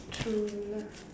true lah